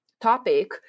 topic